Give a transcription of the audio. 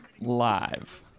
Live